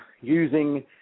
using